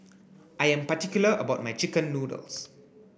I am particular about my chicken noodles